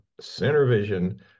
CenterVision